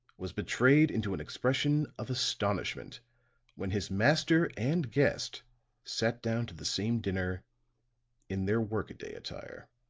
was betrayed into an expression of astonishment when his master and guest sat down to the same dinner in their work-a-day attire.